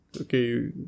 okay